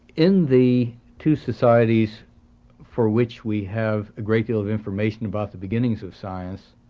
in the two societies for which we have a great deal of information about the beginnings of science,